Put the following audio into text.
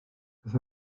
beth